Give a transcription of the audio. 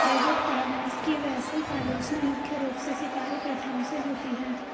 credit परामर्श की वैश्विक आलोचना मुख्य रूप से शिकारी प्रथाओं से होती है